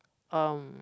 um